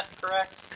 correct